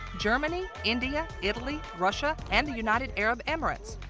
germany, india, italy, russia and the united arab emirates.